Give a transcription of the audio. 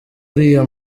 uriya